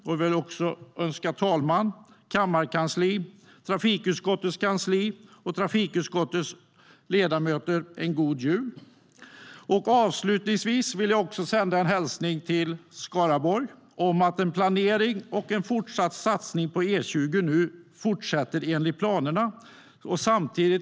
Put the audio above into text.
Jag vill önska talmannen, kammarkansliet, trafikutskottets kansli och trafikutskottets ledamöter en god jul. Avslutningsvis vill jag också sända en hälsning till Skaraborg om att en planering och en fortsatt satsning på E20 nu fortsätter enligt planerna.